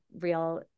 real